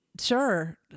Sure